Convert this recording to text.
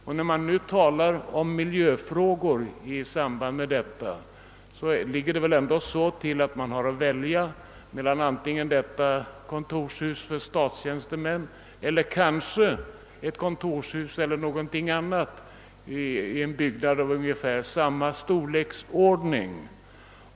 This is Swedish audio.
Beträffande miljöfrågor i samband härmed ligger det väl ändå så till, att man har att välja mellan detta kontors hus för statstjänstemän och kanske ett kontorshus eller någonting annat i en byggnad av ungefär samma storlek.